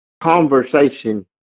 conversation